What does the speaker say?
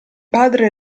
padre